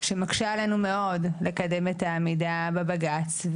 שמקשה עלינו מאוד לקדם את העמידה בבג"ץ.